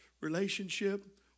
relationship